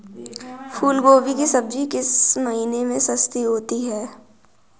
फूल गोभी की सब्जी किस महीने में सस्ती होती है?